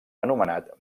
anomenat